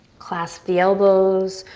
clasp the elbows,